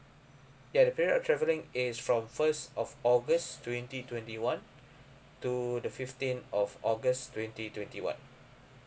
ya the period of travelling is from first of august twenty twenty one to the fifteen of august twenty twenty one